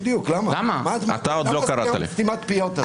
בדיוק, למה סתימת הפיות הזאת?